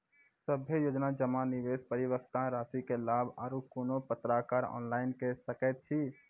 सभे योजना जमा, निवेश, परिपक्वता रासि के लाभ आर कुनू पत्राचार ऑनलाइन के सकैत छी?